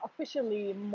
officially